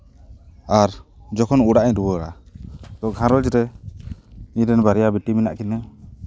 ᱟᱨ ᱡᱚᱠᱷᱚᱱ ᱚᱲᱟᱜ ᱤᱧ ᱨᱩᱣᱟᱹᱲᱟ ᱛᱚ ᱜᱷᱟᱨᱚᱸᱡᱽ ᱨᱮ ᱤᱧ ᱨᱮᱱ ᱵᱟᱨᱭᱟ ᱵᱤᱴᱤ ᱢᱮᱱᱟᱜ ᱠᱤᱱᱟᱹ